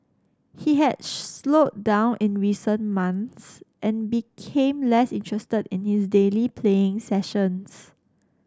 he had slowed down in recent months and became less interested in his daily playing sessions